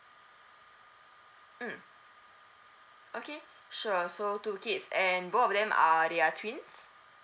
mm okay sure so two kids and both of them are they are twins